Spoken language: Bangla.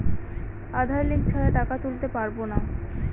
আধার লিঙ্ক ছাড়া টাকা তুলতে পারব না?